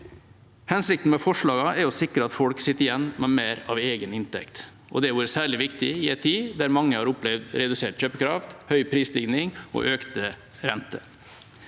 Hensikten med forslagene er å sikre at folk sitter igjen med mer av egen inntekt. Det har vært særlig viktig i en tid da mange har opplevd redusert kjøpekraft, høy prisstigning og økte renter.